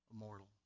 immortal